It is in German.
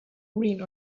green